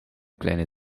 kleine